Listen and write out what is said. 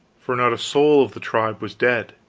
for not a soul of the tribe was dead!